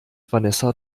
vanessa